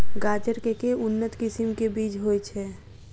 गाजर केँ के उन्नत किसिम केँ बीज होइ छैय?